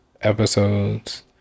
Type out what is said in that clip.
episodes